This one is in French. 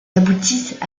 aboutissent